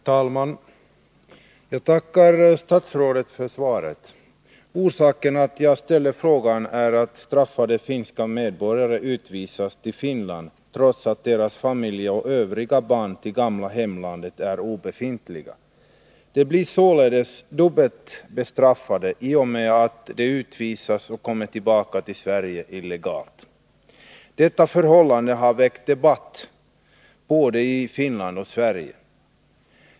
Herr talman! Jag tackar statsrådet för svaret. Orsaken till att jag ställde frågan är att straffade finska medborgare utvisas till Finland trots att deras familjeband och övriga band till det gamla hemlandet är obefintliga. De blir således dubbelt bestraffade, i och med att de utvisas och kommer tillbaka till Sverige illegalt. Detta förhållande har väckt debatt både i Finland och i Sverige.